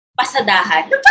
pasadahan